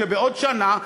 שבעוד שנה,